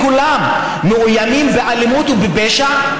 כולם מאוימים באלימות ובפשע,